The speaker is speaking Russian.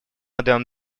отдаем